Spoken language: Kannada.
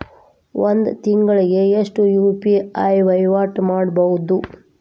ಒಂದ್ ತಿಂಗಳಿಗೆ ಎಷ್ಟ ಯು.ಪಿ.ಐ ವಹಿವಾಟ ಮಾಡಬೋದು?